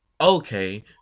okay